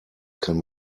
kann